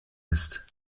ist